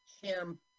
Champ